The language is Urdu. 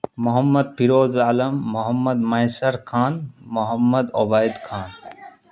محمد فیروز عالم محمد محشر خان محمد عبید خان